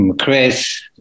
Chris